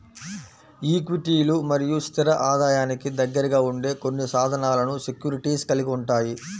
ఈక్విటీలు మరియు స్థిర ఆదాయానికి దగ్గరగా ఉండే కొన్ని సాధనాలను సెక్యూరిటీస్ కలిగి ఉంటాయి